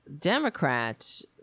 Democrats